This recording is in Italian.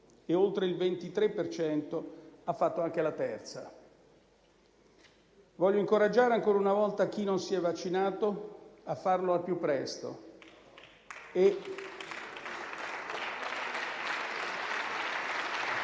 e oltre il 23 per cento ha fatto anche la terza. Voglio incoraggiare, ancora una volta, chi non si è vaccinato a farlo al più presto